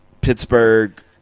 Pittsburgh